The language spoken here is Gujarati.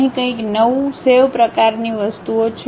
અહીં કંઈક નવું સેવ પ્રકારની વસ્તુઓ છે